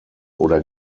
oder